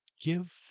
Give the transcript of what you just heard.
Give